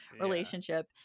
relationship